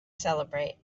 celebrate